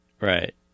right